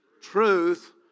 truth